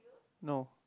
no